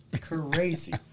crazy